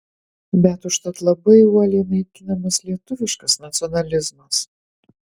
bet užtat labai uoliai naikinamas lietuviškas nacionalizmas